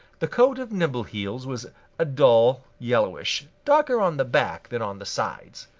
the coat of nimbleheels was a dull yellowish, darker on the back than on the sides.